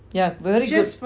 yeah very good